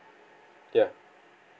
ya